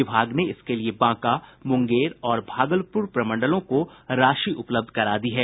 विभाग ने इसके लिए बांका मुंगेर और भागलपूर प्रमंडलों को राशि उपलब्ध करवा दी है